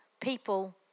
people